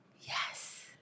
Yes